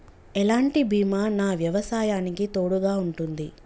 ఎలాంటి బీమా నా వ్యవసాయానికి తోడుగా ఉంటుంది?